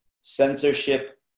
censorship